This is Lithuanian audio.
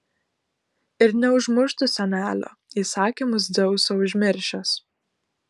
ir neužmuštų senelio įsakymus dzeuso užmiršęs